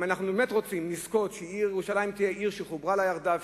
אם אנחנו באמת רוצים לזכות שהעיר ירושלים תהיה עיר שחוברה לה יחדיו,